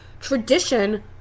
tradition